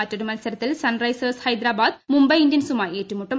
മറ്റൊരു മത്സരത്ത്ചിൽ സൺറൈസേഴ്സ് ഹൈദ്രാബാദ് മുംബൈ ഇന്ത്യൻസ്ക്മാ്യി ഏറ്റുമുട്ടും